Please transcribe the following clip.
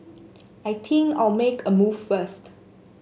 I think I'll make a move first